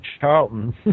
Charlton